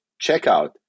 checkout